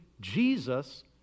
Jesus